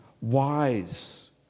wise